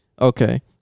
Okay